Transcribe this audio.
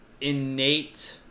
innate